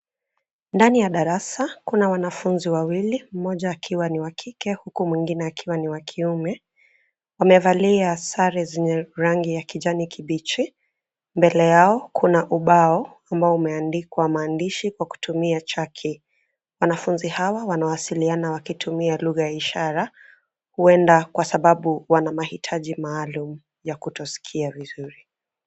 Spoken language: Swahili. Ndani ya darasa kuna wanafunzi wawili; mmoja akiwa ni wa kike, huku mwingine akiwa ni wa kiume. Wamevalia sare zenye rangi ya kijani kibichi, mbele yao kuna ubao ambao umeandikwa maandishi kwa kutumia chaki. Wanafunzi hawa wanawasiliana wakitumia lugha ya ishara, huenda kwa sababu wana mahitaji maalum ya kutosikia vizuri.